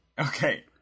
Okay